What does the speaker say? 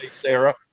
Sarah